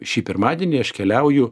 šį pirmadienį aš keliauju